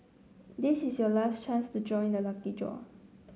this is your last chance to join the lucky draw